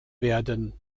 werden